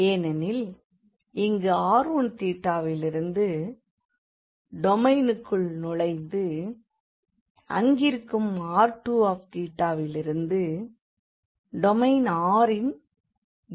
ஏனெனில் இங்கு r1θலிருந்து டொமைனுக்குள் நுழைந்து அங்கிருக்கும் r2θ லிருந்து டொமைன் rன் திசையாகும்